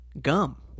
gum